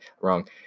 wrong